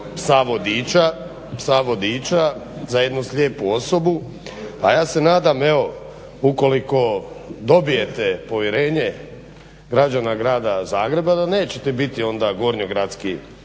psa vodiča za jednu slijepu osobu. A ja se nadam evo ukoliko dobijete povjerenje građana Grada Zagreba da nećete biti onda gornjogradski